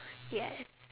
yes